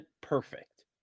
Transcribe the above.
perfect